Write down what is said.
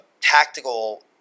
tactical